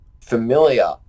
familiar